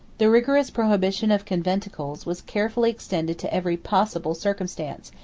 the rigorous prohibition of conventicles was carefully extended to every possible circumstance,